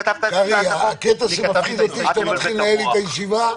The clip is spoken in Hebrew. קרעי, אתה מתחיל לנהל לי את הישיבה?